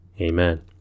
amen